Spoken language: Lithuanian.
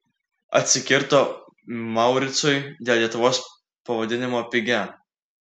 atsikirto mauricui dėl lietuvos pavadinimo pigia